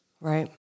Right